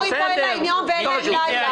כשההורים האלה אין להם יום ואין להם לילה,